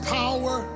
power